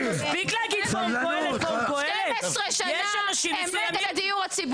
לא, מספיק להגיד פורום קהלת, פורום קהלת.